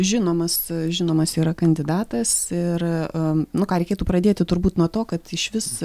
žinomas žinomas yra kandidatas ir nu ką reikėtų pradėt turbūt nuo to kad išvis